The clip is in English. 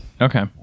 okay